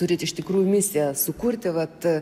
turit iš tikrųjų misiją sukurti vat